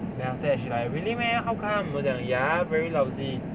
then after that she like really meh how come 我讲 ya very lousy